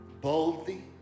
boldly